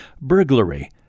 Burglary